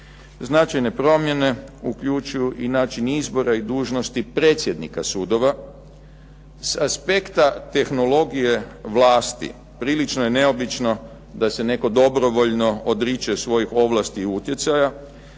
Značajne promjene uključuju i način izbora i dužnosti predsjednika sudova s aspekta tehnologije vlasti. Prilično je neobično da se netko dobrovoljno odriče svojih ovlasti i utjecaja,